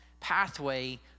Pathway